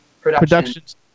Productions